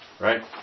Right